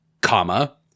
comma